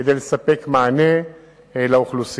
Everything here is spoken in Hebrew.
כדי לספק מענה לאוכלוסייה.